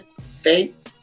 face